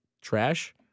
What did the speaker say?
trash